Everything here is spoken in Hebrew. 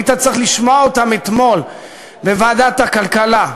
היית צריך לשמוע אותם אתמול בוועדת הכלכלה,